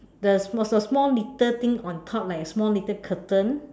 the small little thing on top like a small little curtain